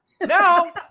Now